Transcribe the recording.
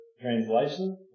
translation